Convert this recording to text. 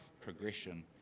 progression